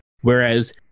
Whereas